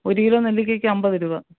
ഒരു കിലോ നെല്ലിക്കക്ക് അൻപത് രൂപ